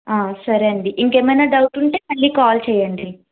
సరే అండి ఇంకేమైనా డౌట్స్ ఉంటే మళ్లీ కాల్ చేయండి